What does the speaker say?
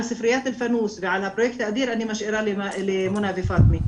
על ספריית אלפאנוס ועל הפרויקט האדיר אני משאירה למונא ופאטמה.